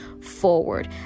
forward